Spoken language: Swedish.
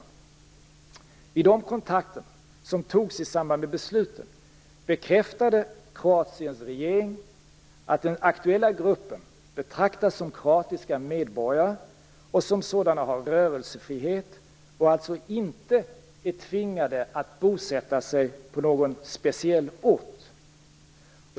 Vid de kontakter som togs i samband med besluten bekräftade Kroatiens regering att den aktuella gruppen betraktas som kroatiska medborgare och som sådana har rörelsefrihet och alltså inte är tvingade att bosätta sig på någon speciell ort.